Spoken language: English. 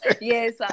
Yes